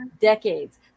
decades—